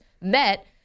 met